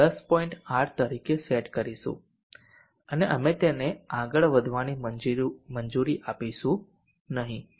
8V તરીકે set કરીશું અને અમે તેને આગળ વધવાની મંજૂરી આપીશું નહીં